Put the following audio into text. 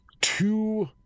two